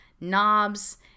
knobs